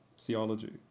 theology